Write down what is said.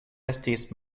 estis